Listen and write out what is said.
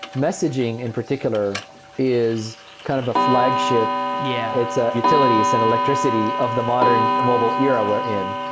messaging in particular is kind of a flagship. yeah it's ah utilities and electricity of the modern mobile era we're in.